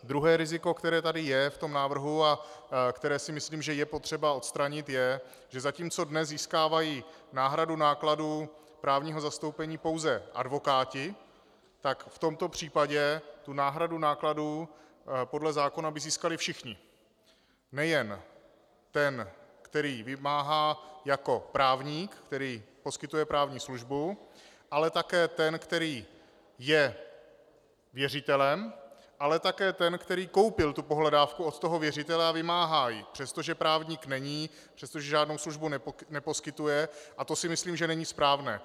Druhé riziko, které tady v návrhu je a které si myslím, že je potřeba odstranit, je, že zatímco dnes získávají náhradu nákladů právního zastoupení pouze advokáti, tak v tomto případě by náhradu nákladů podle zákona získali všichni, nejen ten, který vymáhá jako právník, který poskytuje právní službu, ale také ten, který je věřitelem, ale ten, který koupil pohledávku od věřitele a vymáhá ji, přestože právník není, přestože žádnou službu neposkytuje, a to si myslím, že není správné.